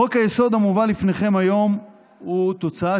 חוק-היסוד המובא לפניכם היום הוא תוצאה